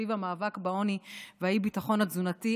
סביב המאבק בעוני והאי-ביטחון התזונתי.